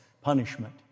punishment